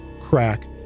crack